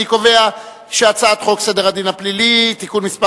אני קובע שהצעת חוק סדר הדין הפלילי (תיקון מס'